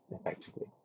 effectively